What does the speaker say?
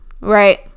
right